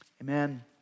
Amen